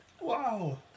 Wow